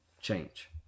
change